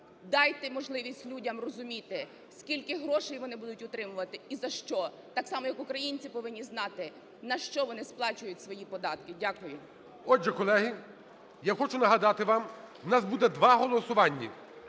дайте можливість людям розуміти, скільки грошей вони будуть отримувати і за що. Так само, як українці повинні знати, на що вони сплачують свої податки. Дякую. ГОЛОВУЮЧИЙ. Отже, колеги, я хочу нагадати вам: у нас буде два голосування.